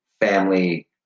family